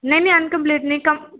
ਨਹੀਂ ਨਹੀਂ ਅਨਕੰਪਲੀਟ ਨਹੀਂ ਕੰ